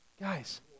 Guys